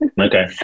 Okay